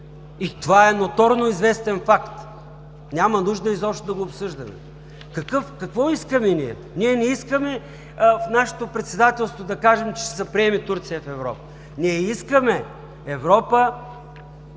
Това е ноторно известен факт – няма нужда изобщо да го обсъждаме. Какво искаме ние? Ние не искаме в нашето председателство да кажем, че ще се приеме Турция в Европа. Ние искаме да